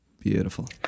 Beautiful